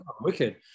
wicked